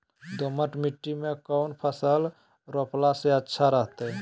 दोमट मिट्टी में कौन फसल रोपला से अच्छा रहतय?